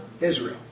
Israel